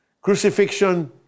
Crucifixion